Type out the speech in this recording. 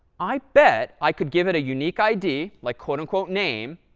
i bet i could give it a unique id, like quote-unquote name,